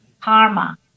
karma